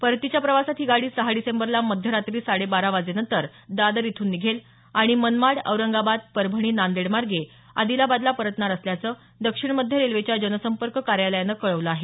परतीच्या प्रवासात ही गाडी सहा डिसेंबरला मध्यरात्री साडे बारा वाजेनंतर दादर इथून निघेल आणि मनमाड औरंगाबाद परभणी नांदेड मार्गे आदिलाबादला परतणार असल्याचं दक्षिण मध्य रेल्वेच्या जनसंपर्क कार्यालयानं कळवलं आहे